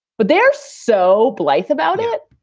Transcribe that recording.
but they're so blithe about it.